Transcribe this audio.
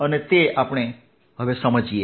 આપણે તે સમજીએ